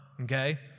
okay